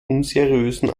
unseriösen